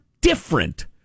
different